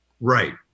Right